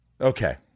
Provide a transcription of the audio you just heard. okay